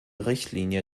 richtlinie